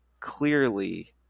clearly